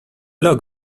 log